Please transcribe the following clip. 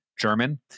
German